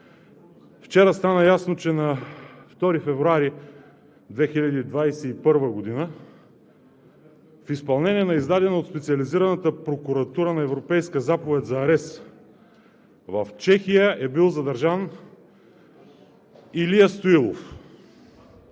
Вчера стана ясно, че на 2 февруари 2021 г. в изпълнение на издадената от Специализираната прокуратура европейска заповед за арест в Чехия е бил задържан Илия Стоилов.